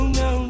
no